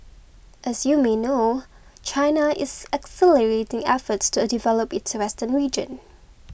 as you may know China is accelerating efforts to develop its western region